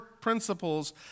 principles